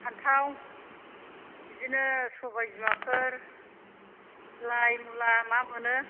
फान्थाव बिदिनो सबाय बिमाफोर लाइ मुला मा मोनो